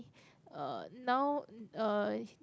uh now uh